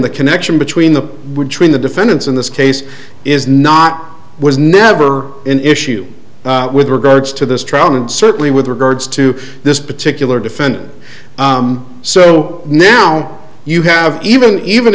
the connection between the train the defendants in this case is not was never an issue with regards to this trial and certainly with regards to this particular defendant so now you have even even